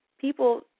people